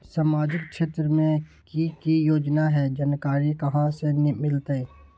सामाजिक क्षेत्र मे कि की योजना है जानकारी कहाँ से मिलतै?